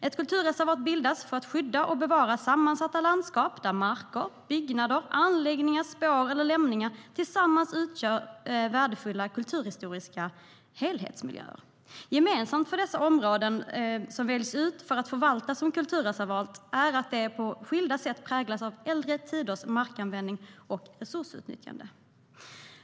Ett kulturreservat bildas för att skydda och bevara sammansatta landskap där marker, byggnader, anläggningar, spår eller lämningar tillsammans utgör värdefulla kulturhistoriska helhetsmiljöer. Gemensamt för de områden som väljs ut för att förvaltas som kulturreservat är att de på skilda sätt präglats av äldre tiders markanvändning och resursutnyttjande.